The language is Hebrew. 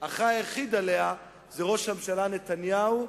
הוא ראש הממשלה נתניהו,